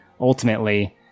ultimately